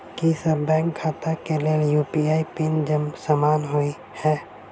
की सभ बैंक खाता केँ लेल यु.पी.आई पिन समान होइ है?